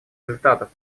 результатов